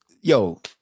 yo